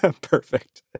Perfect